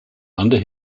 under